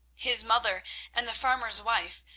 his mother and the farmer's wife,